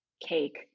Cake